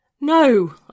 No